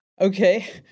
Okay